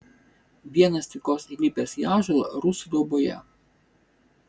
vienas tykos įlipęs į ąžuolą rusų dauboje